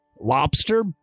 Lobster